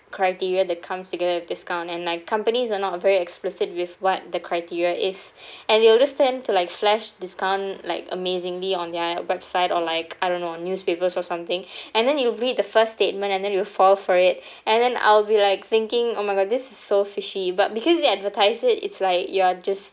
criteria that comes to get a discount and like companies are not very explicit with what the criteria is and they always tend to like flash discount like amazingly on their website or like I don't know newspapers or something and then you'll read the first statement and then you will fall for it and then I'll be like thinking oh my god this is so fishy but because they advertise it it's like you're just